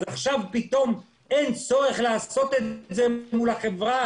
אז עכשיו פתאום אין צורך לעשות את זה מול החברה